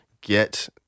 get